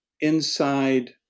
inside